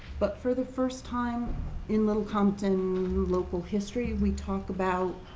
but for the first time in little compton local history, we talk about